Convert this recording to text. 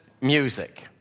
music